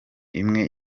imwe